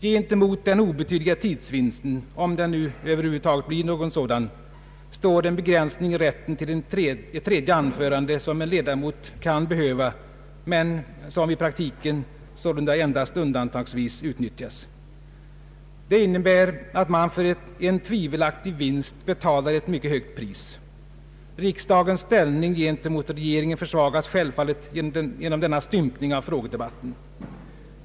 Gentemot den obetydliga tidsvinsten — om det över huvud taget blir någon sådan — står den begränsning i rätten till ett tredje anförande som en ledamot kan behöva men i praktiken sålunda endast undantagsvis utnyttjar. Det innebär att man för en tvivelaktig vinst betalar ett mycket högt pris. Riksdagens ställning gentemot regeringen försvagas självfallet genom denna stympning av frågedebatten.